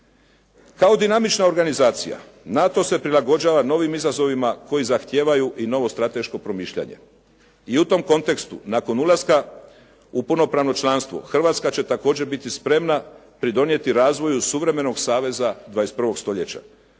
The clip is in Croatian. Kao dinamična organizacija NATO se prilagođava novim izazovima koji zahtijevaju i novo strateško promišljanje. I u tom kontekstu nakon ulaska u punopravno članstvo Hrvatska će također biti spremna pridonijeti razvoju suvremenog saveza 21. stoljeća,